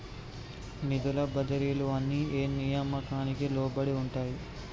నిధుల బదిలీలు అన్ని ఏ నియామకానికి లోబడి ఉంటాయి?